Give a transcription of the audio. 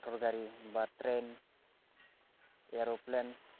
मटरगारि बा train aeroplane